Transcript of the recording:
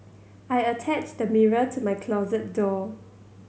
I attached the mirror to my closet door